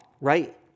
right